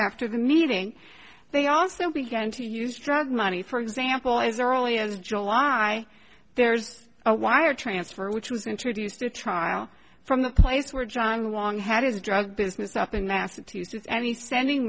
after the meeting they also began to use drug money for example as early as july there's a wire transfer which was introduced at trial from the place where john long had a drug business up in massachusetts and he sending